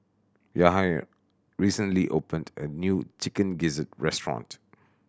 Yahir recently opened a new Chicken Gizzard restaurant